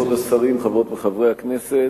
חברות וחברי הכנסת,